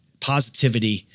positivity